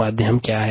माध्यम क्या है